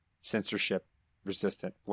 censorship-resistant